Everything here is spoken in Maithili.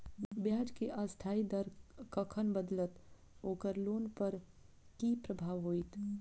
ब्याज केँ अस्थायी दर कखन बदलत ओकर लोन पर की प्रभाव होइत?